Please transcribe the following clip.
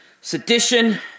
sedition